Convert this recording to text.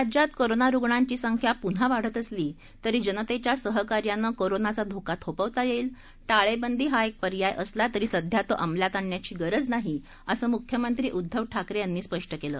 राज्यात कोरोना रूग्णांची संख्या पुन्हा वाढत असली तरी जनतेच्या सहकार्यानं कोरोनाचा धोका थोपवता येईल टाळेबंदी हा एक पर्याय असला तरी सध्या तो अंमलात आण्ण्याची गरज नाही असं मुख्यमंत्री उद्धव ठाकरे यांनी स्पष्ट केलं